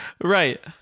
Right